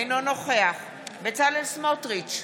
אינו נוכח בצלאל סמוטריץ'